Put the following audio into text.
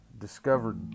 Discovered